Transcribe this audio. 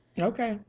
Okay